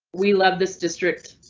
we love this district.